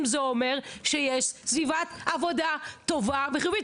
זה אומר שיש סביבת עבודה טובה וחיובית.